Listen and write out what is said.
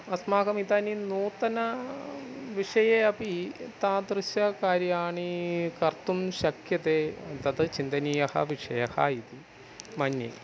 अस्माकम् इतानीं नूतनविषये अपि तादृशकार्याणि कर्तुं शक्यते तद् चिन्तनीयः विषयः इति मन्ये